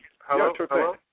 Hello